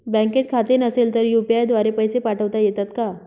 बँकेत खाते नसेल तर यू.पी.आय द्वारे पैसे पाठवता येतात का?